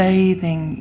Bathing